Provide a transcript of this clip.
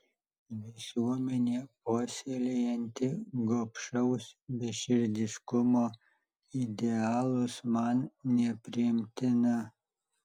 visuomenė puoselėjanti gobšaus beširdiškumo idealus man nepriimtina